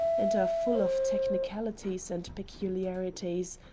and are full of technicalities and peculiarities,